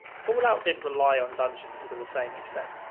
fallout didn't rely on dungeons to the same extent.